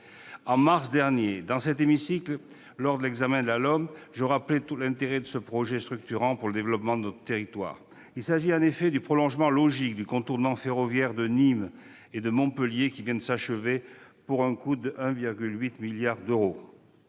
En mars dernier, dans cet hémicycle, lors de l'examen de la LOM, je rappelais tout l'intérêt de ce projet structurant pour le développement de notre territoire. Il s'agit en effet du prolongement logique du contournement ferroviaire de Nîmes et de Montpellier, qui vient de s'achever pour un coût de 1,8 milliard d'euros.